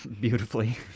beautifully